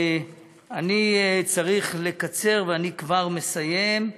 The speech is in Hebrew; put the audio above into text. אני צריך לקצר, ואני כבר מסיים.